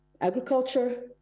agriculture